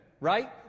right